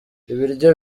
ibiryo